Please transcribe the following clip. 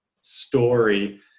story